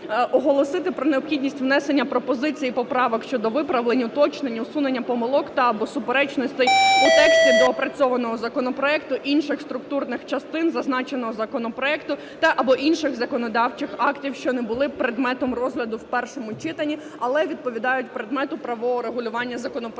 законопроекту про необхідність внесення пропозицій і поправок щодо виправлень, уточнень, усунення помилок та/або суперечностей у тексті доопрацьованого законопроекту, інших структурних частин зазначеного законопроекту та/або інших законодавчих актів, що не були предметом розгляду в першому читанні, але відповідають предмету правового регулювання законопроекту.